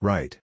Right